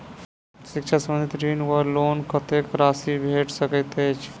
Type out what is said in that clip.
शिक्षा संबंधित ऋण वा लोन कत्तेक राशि भेट सकैत अछि?